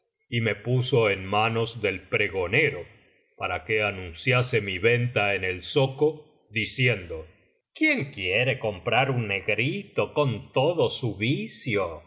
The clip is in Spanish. y me puso en manos del pregonero para que anunciase mi venta en el zoco diciendo quién quiere comprar un negrito con todo su